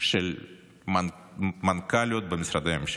של מנכ"ליות במשרדי הממשלה.